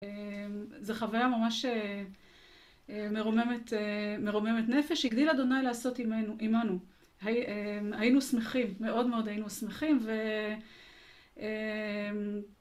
זו חוויה ממש שמרוממת נפש. הגדיל ה׳ לעשות עמנו. היינו שמחים, מאוד מאוד היינו שמחים.